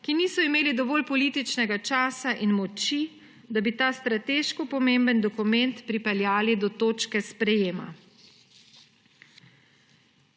ki niso imeli dovolj političnega časa in moči, da bi ta strateško pomemben dokument pripeljali do točke sprejema.